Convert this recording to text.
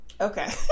okay